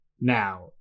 Now